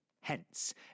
Hence